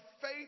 faith